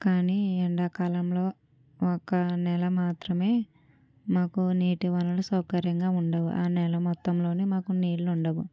కానీ ఎండాకాలంలో ఒక నెల మాత్రమే మాకు నీటి వనరులు సౌకర్యంగా ఉండవు ఆ నెల మొత్తంలోనే మాకు నీళ్లు ఉండవు